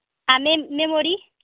memory